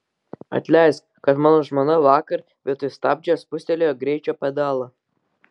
atleisk kad mano žmona vakar vietoj stabdžio spustelėjo greičio pedalą